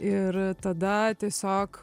ir tada tiesiog